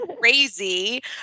Crazy